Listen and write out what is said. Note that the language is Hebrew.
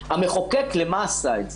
המחוקק למה עשה את זה?